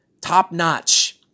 top-notch